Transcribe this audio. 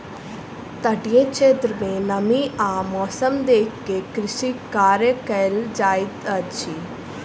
तटीय क्षेत्र में नमी आ मौसम देख के कृषि कार्य कयल जाइत अछि